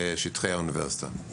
בשטחי האוניברסיטה?